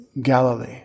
Galilee